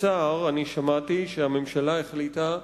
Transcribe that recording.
אני שמעתי בצער שהממשלה החליטה,